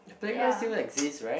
the playground still exist right